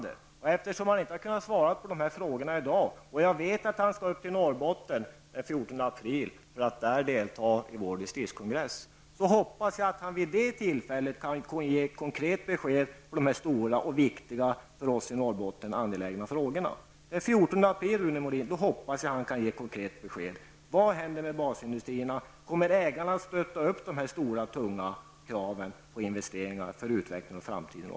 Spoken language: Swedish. Eftersom Rune Molin inte har kunnat svara på mina frågor i dag och jag vet att han kommer upp till Norrbotten den 14 april för att där delta i vår distriktskongress, hoppas jag att han vid det tillfället kan ge ett konkret besked i dessa stora, viktiga och för oss i Norrbotten angelägna frågor. Den 14 april hoppas jag alltså att Rune Molin ger ett konkret besked på frågan vad som händer med basindustrierna. Kommer ägaren att stödja de stora och tunga kraven på investeringar för utvecklingen i framtiden i